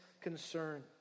concern